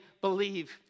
believe